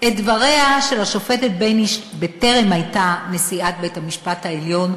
את דבריה של השופטת בייניש בטרם הייתה נשיאת בית-המשפט העליון,